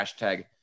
hashtag